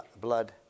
blood